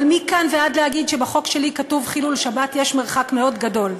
אבל מכאן ועד להגיד שבחוק שלי כתוב חילול שבת יש מרחק מאוד גדול.